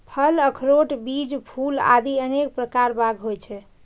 फल, अखरोट, बीज, फूल आदि अनेक प्रकार बाग होइ छै